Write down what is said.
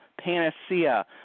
panacea